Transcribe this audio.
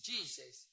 Jesus